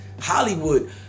Hollywood